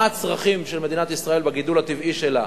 הצרכים של מדינת ישראל בגידול הטבעי שלה,